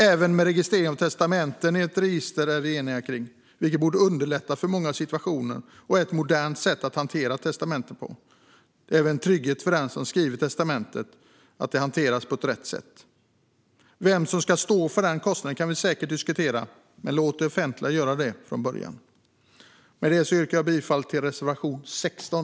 Även registrering av testamenten i ett register är vi eniga om, vilket borde underlätta i många situationer och är ett modernt sätt att hantera testamenten på. Det är även en trygghet för den som skrivit testamentet att det hanteras på rätt sätt. Vem som ska stå för den kostnaden kan vi säkert diskutera, men låt det offentliga göra det från början. Fru talman! Med det yrkar jag bifall till reservation 16.